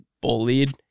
bullied